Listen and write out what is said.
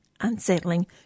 unsettling